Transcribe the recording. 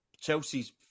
Chelsea's